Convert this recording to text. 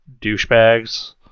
douchebags